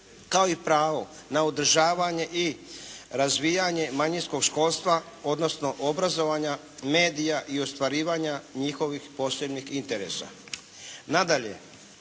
kao i pravo na održavanje i razvijanje manjinskog školstva odnosno obrazovanja medija i ostvarivanja njihovih posebnih interesa. Nadalje,